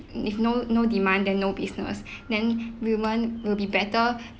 if no no demand then no business then women will be better